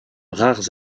rares